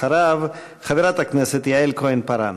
אחריו, חברת הכנסת יעל כהן-פארן.